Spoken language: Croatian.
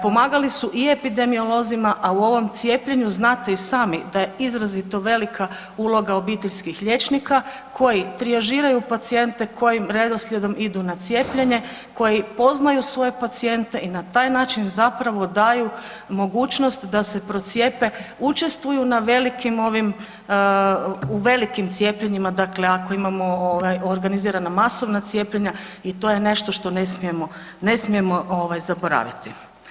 Pomagali su i epidemiolozima, a u ovom cijepljenju, znate i sami da je izrazito velika uloga obiteljskih liječnika koji trijažiraju pacijente, kojim redoslijedom idu na cijepljenje, koji poznaju svoje pacijente i na taj način zapravo daju mogućnost da se procijepe, učestvuju na velikim ovim, u velikim cijepljenjima, dakle ako imamo organizirana masovna cijepljenja i to je nešto što ne smije, ne smijemo ovaj, zaboraviti.